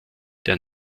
der